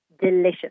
delicious